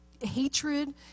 hatred